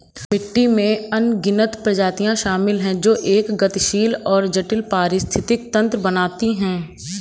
मिट्टी में अनगिनत प्रजातियां शामिल हैं जो एक गतिशील और जटिल पारिस्थितिकी तंत्र बनाती हैं